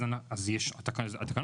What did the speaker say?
שיעשה השר.